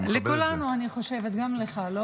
לכולנו אני חושבת, גם לך, לא?